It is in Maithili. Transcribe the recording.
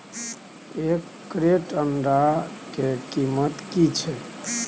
एक क्रेट अंडा के कीमत की छै?